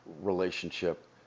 relationship